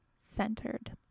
centered